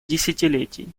десятилетий